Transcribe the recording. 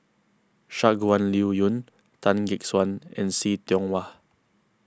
Shangguan Liuyun Tan Gek Suan and See Tiong Wah